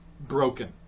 broken